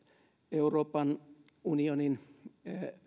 euroopan unionin